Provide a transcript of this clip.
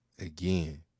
again